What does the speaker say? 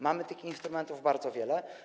Mamy tych instrumentów bardzo wiele.